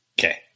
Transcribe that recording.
Okay